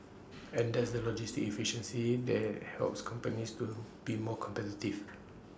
and that's the logistic efficiency that helps companies to be more competitive